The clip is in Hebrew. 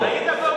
היית פה?